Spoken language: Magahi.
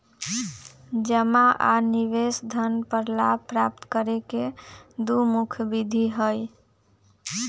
जमा आ निवेश धन पर लाभ प्राप्त करे के दु मुख्य विधि हइ